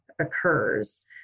occurs